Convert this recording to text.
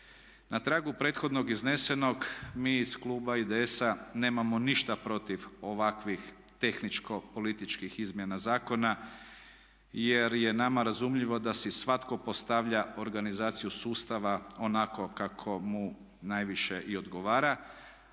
Na tragu prethodno iznesenog mi iz kluba IDS-a nemamo ništa protiv ovakvih tehničko-političkih izmjena zakona jer je nama razumljivo da si svatko postavlja organizaciju sustava onako kako mu najviše i odgovara.